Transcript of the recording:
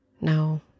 No